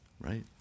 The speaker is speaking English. right